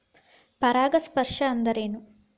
ಪರಾಗಸ್ಪರ್ಶ ಅಂದರೇನು?